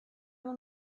will